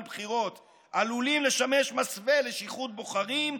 בחירות עלולים לשמש מסווה לשיחוד בוחרים,